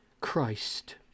Christ